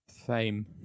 Fame